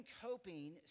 coping